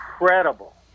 incredible